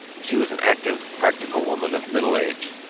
she was an active, practical woman of middle age.